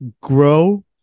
grow